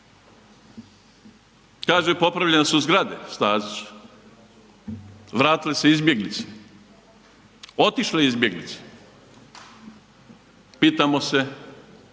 Kaže popravljene su zgrade, Stazić, vratile se izbjeglice, otišle izbjeglice, pitamo se